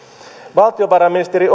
valtiovarainministeri